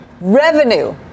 revenue